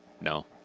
no